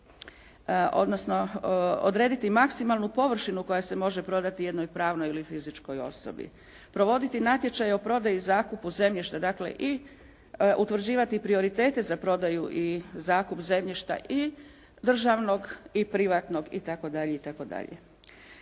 odnosno odrediti maksimalnu površinu koja se može prodati jednoj pravnoj ili fizičkoj osobi. Provoditi natječaj o prodaji i zakupu zemljišta dakle i utvrđivati prioritete za prodaju i zakup zemljišta i državnog i privatnog i